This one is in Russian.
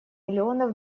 миллионов